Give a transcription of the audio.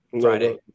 Friday